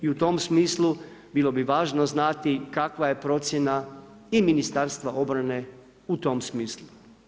I u tom smislu bilo bi važno znati kakva je procjena i Ministarstva obrane i u tom smislu.